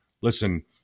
listen